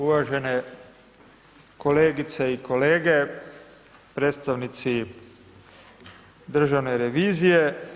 Uvažene kolegice i kolege, predstavnici države revizije.